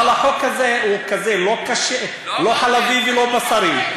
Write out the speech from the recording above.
אבל החוק הזה הוא כזה לא חלבי ולא בשרי,